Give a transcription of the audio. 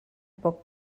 poc